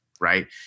Right